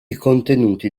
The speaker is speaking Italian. contenuti